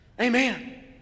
Amen